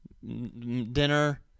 dinner